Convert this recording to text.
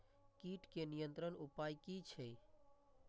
कीटके नियंत्रण उपाय कि छै?